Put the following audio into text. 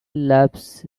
loves